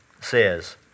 Says